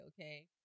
okay